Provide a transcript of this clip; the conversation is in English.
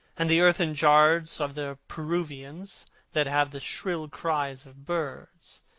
and the earthen jars of the peruvians that have the shrill cries of birds,